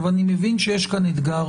אני מבין שיש כאן אתגר